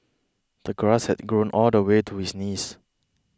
the grass had grown all the way to his knees